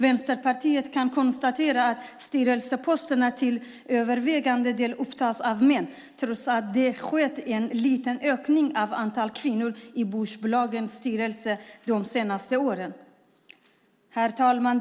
Västerpartiet kan konstatera att styrelseposterna till övervägande del upptas av män, trots att det skett en liten ökning av antalet kvinnor i börsbolagens styrelser de senaste åren. Herr talman!